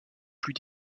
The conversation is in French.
plus